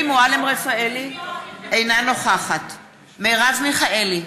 אינה נוכחת מרב מיכאלי,